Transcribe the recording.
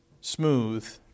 smooth